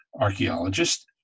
archaeologist